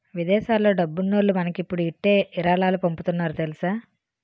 విదేశాల్లో డబ్బున్నోల్లు మనకిప్పుడు ఇట్టే ఇరాలాలు పంపుతున్నారు తెలుసా